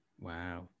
Wow